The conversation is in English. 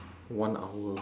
one hour